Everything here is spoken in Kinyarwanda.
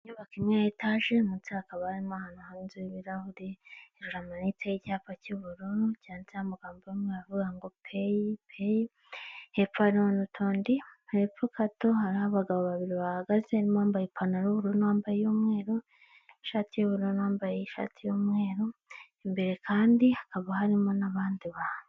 Inyubako imwe ya etaje munsi hakaba harimo ahantu hanze y'ibirahuri hejuru hamanitse icyapa cy'ubururu cyanditseho amagambo y'umweru aravuga ngo peyi, peyi, hepfo hariho n'utundi, hepfo gato hari abagabo babiri bahagaze harimo uwambaye ipantaro y'ubururu n'uwambaye iy'umweru, ishati y'ububururu n'uwambaye ishati yu'mweru imbere kandi hakaba harimo n'abandi bantu.